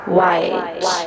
White